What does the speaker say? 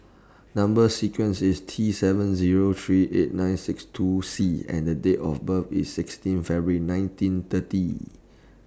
Number sequence IS T seven Zero three eight nine six two C and Date of birth IS sixteen February nineteen thirty